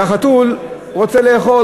והחתול רוצה לאכול,